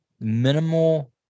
minimal